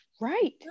right